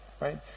Right